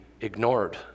ignored